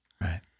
Right